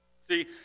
See